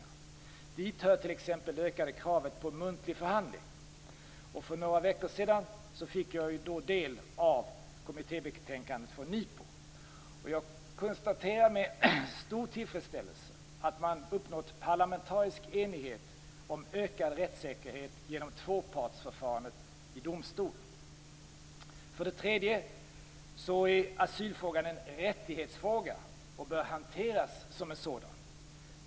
Dit hör t.ex. det ökade kravet på muntlig förhandling. För några veckor sedan fick jag del av kommittébetänkandet från NIPU. Jag konstaterar med stor tillfredsställelse att man uppnått parlamentarisk enighet om ökad rättssäkerhet genom tvåpartsförfarandet i domstol. För det tredje är asylfrågan en rättighetsfråga och bör hanteras som en sådan.